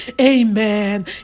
Amen